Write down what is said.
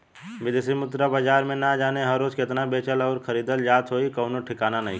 बिदेशी मुद्रा बाजार में ना जाने हर रोज़ केतना बेचल अउरी खरीदल जात होइ कवनो ठिकाना नइखे